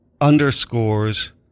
underscores